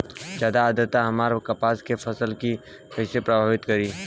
ज्यादा आद्रता हमार कपास के फसल कि कइसे प्रभावित करी?